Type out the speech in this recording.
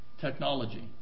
technology